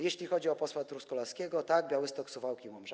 Jeśli chodzi o posła Truskolaskiego, tak, Białystok, Suwałki, Łomża.